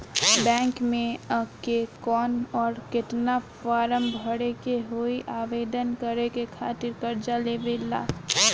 Bank मे आ के कौन और केतना फारम भरे के होयी आवेदन करे के खातिर कर्जा लेवे ला?